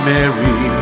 Mary